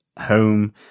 home